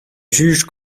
juges